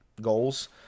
goals